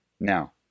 Now